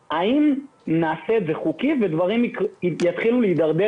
על האם נעשה את זה חוקי ודברים יתחילו להתדרדר